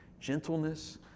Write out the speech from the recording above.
gentleness